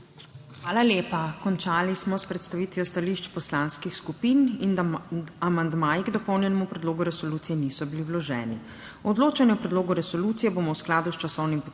Hvala lepa. Končali smo s predstavitvijo stališč poslanskih skupin. Amandmaji k dopolnjenemu predlogu resolucije niso bili vloženi. Odločanje o predlogu resolucije bomo v skladu s časovnim potekom